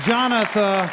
Jonathan